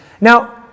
Now